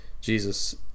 Jesus